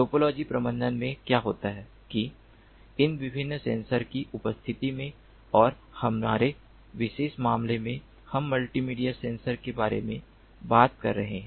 topology प्रबंधन में क्या होता है कि इन विभिन्न सेंसर की उपस्थिति में और हमारे विशेष मामले में हम मल्टीमीडिया सेंसर के बारे में बात कर रहे हैं